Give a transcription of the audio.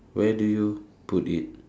where do you put it